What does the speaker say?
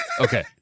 Okay